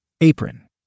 Apron